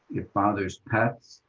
it bothers pets,